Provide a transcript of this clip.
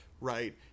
right